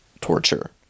torture